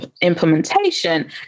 implementation